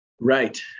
Right